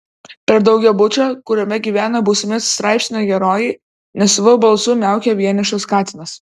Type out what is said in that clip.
prie daugiabučio kuriame gyvena būsimi straipsnio herojai nesavu balsu miaukia vienišas katinas